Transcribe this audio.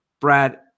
Brad